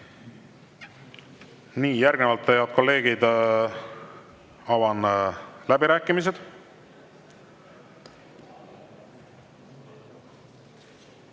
ole. Järgnevalt, head kolleegid, avan läbirääkimised.